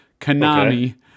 Konami